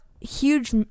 huge